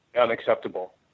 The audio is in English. unacceptable